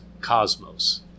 cosmos